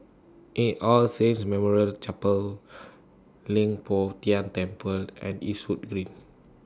A All Saints Memorial Chapel Leng Poh Tian Temple and Eastwood Green